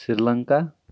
Sri Lanka